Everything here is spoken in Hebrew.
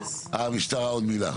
המשטרה, עוד מילה.